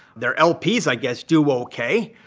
their lps, i guess, do ok.